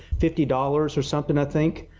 fifty dollars or something i think.